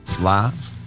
Live